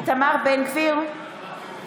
(קוראת בשם חבר הכנסת) איתמר בן גביר, אינו